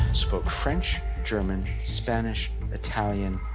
spoke french, german, spanish, italian,